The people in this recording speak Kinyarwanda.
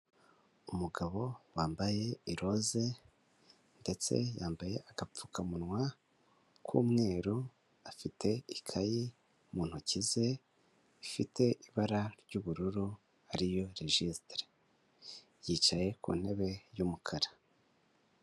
Umugabo wambaye iroze ndetse yambaye agapfukamunwa k'umweru, afite ikayi mu ntoki ze, ifite ibara ry'ubururu ariyo regisitara yicaye ku ntebe y'umukara.